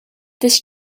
this